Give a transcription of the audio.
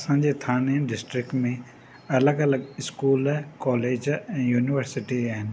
असांजे थाने डिस्ट्रिक्ट में अलॻि अलॻि स्कूल कॉलेज ऐं यूनीवर्सिटी आहिनि